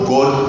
God